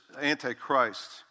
Antichrist